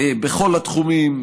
בכל התחומים,